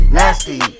nasty